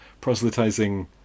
proselytizing